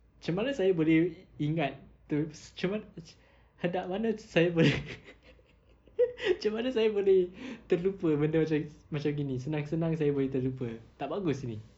macam mana saya boleh in~ ingat macam mana cam~ hendak mana saya boleh macam mana saya boleh terlupa benda maca~ macam gini senang senang boleh terlupa tak bagus ini